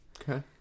Okay